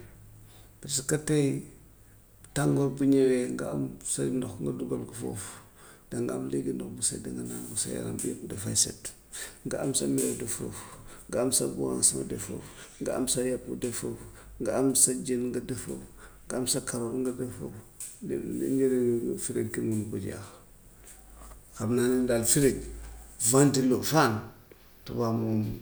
Parce que tey tàngoor bu ñëwee nga am sa ndox nga dugal ko foofu danga am léegi ndox mu sedd nga naan ko sa yaram bi yëpp dafay sedd. Nga am sa meew def foofu, nga am sa boisson def foofu, nga am sa yàpp def foofu, nga am sa jën nga def foofu, nga am sa karoot nga def foofu di liy njëriñu fridge kenn munu ko jeexal. Xam naa ne daal fridge, ventillo, fan tubaab moom.